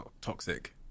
toxic